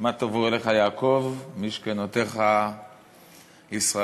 "מה טֹבו אֹהליך יעקב משכנתיך ישראל".